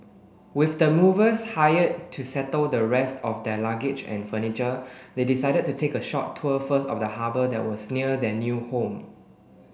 with the movers hired to settle the rest of their luggage and furniture they decided to take a short tour first of the harbour that was near their new home